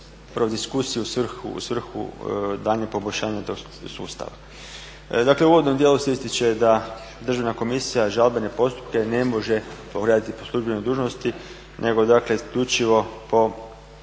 … diskusiju u svrhu daljnjeg poboljšanja tog sustava. Dakle u uvodnom dijelu se ističe da državna komisija žalbene postupke ne može … po službenoj dužnosti nego isključivo po